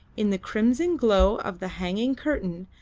in the crimson glow of the hanging curtain,